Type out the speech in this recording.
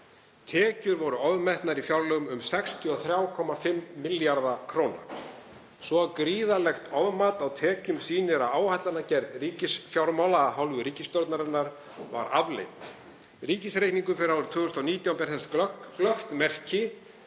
Tekjur voru ofmetnar í fjárlögum um 63,5 milljarða kr. Svo gríðarlegt ofmat á tekjum sýnir að áætlanagerð ríkisfjármála af hálfu ríkisstjórnarinnar var afleit. Ríkisreikningur fyrir árið 2019 ber þess glöggt merki